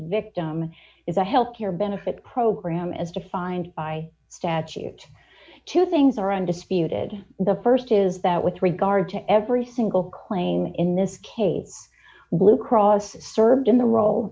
victim is a health care benefit program as defined by statute two things are undisputed the st is that with regard to every single claim in this case a blue cross served in the role